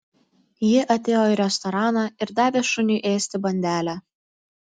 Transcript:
ji atėjo į restoraną ir davė šuniui ėsti bandelę